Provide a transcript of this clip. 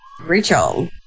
Rachel